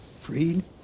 freed